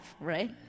right